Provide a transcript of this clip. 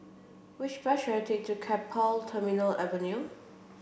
which bus should I take to Keppel Terminal Avenue